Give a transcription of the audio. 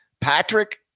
Patrick